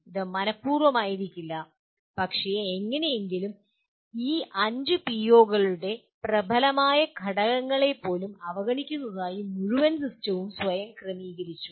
ഇത് മനഃപൂർവ്വം ആയിരിക്കില്ല പക്ഷേ എങ്ങനെയെങ്കിലും ഈ 5 പിഒകളുടെ പ്രബലമായ ഘടകങ്ങളെ പോലും അവഗണിക്കുന്നതിനായി മുഴുവൻ സിസ്റ്റവും സ്വയം ക്രമീകരിച്ചു